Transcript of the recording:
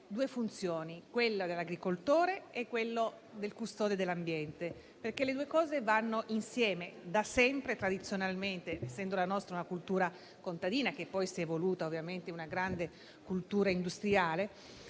due funzioni, ovvero quella dell'agricoltore e quella del custode dell'ambiente, perché le due cose vanno insieme. Da sempre, tradizionalmente, essendo la nostra una cultura contadina che poi si è evoluta ovviamente in una grande cultura industriale,